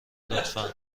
لطفا